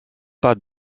pas